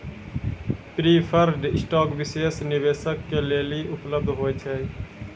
preferred stock विशेष निवेशक के लेली उपलब्ध होय छै